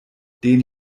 den